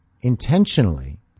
intentionally